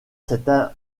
cette